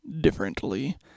differently